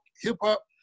hip-hop